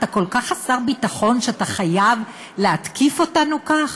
אתה כל כך חסר ביטחון שאתה חייב להתקיף אותנו כך?